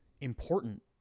important